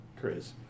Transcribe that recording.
Chris